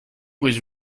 was